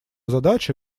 задача